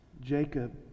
Jacob